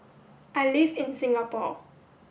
I live in Singapore